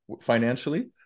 financially